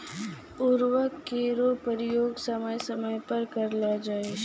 उर्वरक केरो प्रयोग समय समय पर करलो जाय छै